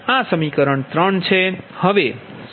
આ સમીકરણ 3 છે